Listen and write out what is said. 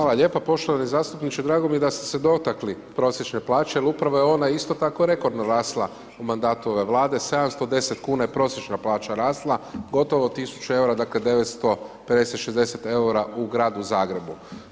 Hvala lijepa, poštovani zastupniče, drago mi je da ste se dotakli prosječne plaće, jer upravo je ona isto tako rekordno rasla u mandatu ove Vlade 710 kuna je prosječna plaća rasla, gotovo 1.000 EUR-a dakle 950 60 EUR-a u Gradu Zagrebu.